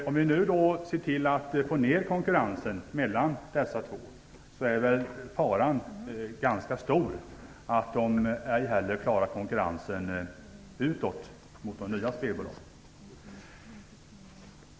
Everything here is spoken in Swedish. Om vi ser till att minska konkurrensen mellan dessa två bolag är faran ganska stor att de ej heller klarar konkurrensen utåt mot de nya spelbolagen.